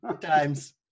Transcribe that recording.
times